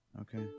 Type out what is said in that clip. Okay